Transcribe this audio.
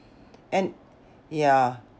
and yeah